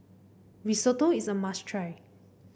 risotto is a must try